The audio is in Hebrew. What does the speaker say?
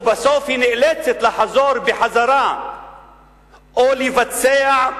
ובסוף היא נאלצת לחזור בחזרה או לבצע את